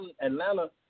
Atlanta